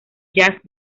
jazz